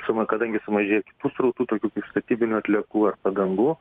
sumą kadangi sumažėjo kitų srautų tokių kaip statybinių atliekų ar padangų